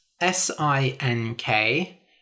S-I-N-K